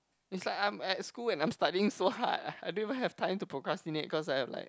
it's like I'm at school and I'm studying so hard ah I don't even have time to procrastinate cause I have like